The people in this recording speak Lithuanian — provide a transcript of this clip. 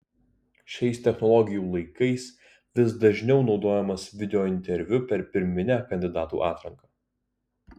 šiais technologijų laikais vis dažniau naudojamas videointerviu per pirminę kandidatų atranką